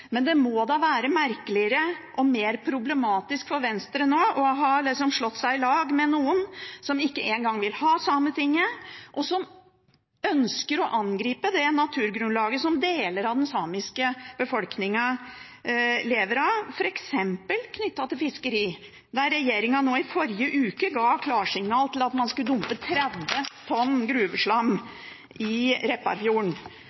men det må være merkeligere og mer problematisk for Venstre å ha slått seg i lag med noen som ikke en gang vil ha Sametinget, og som ønsker å angripe naturgrunnlaget som deler av den samiske befolkningen lever av, f.eks. fiskeri. Regjeringen ga i forrige uke klarsignal for at man skulle dumpe 30 tonn